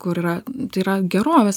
kur yra tai yra gerovės